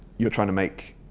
you're trying to make